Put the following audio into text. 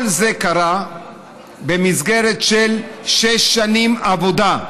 כל זה קרה במסגרת של שש שנים עבודה,